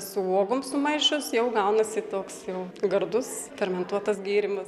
su uogom sumaišius jau gaunasi toks jau gardus fermentuotas gėrimas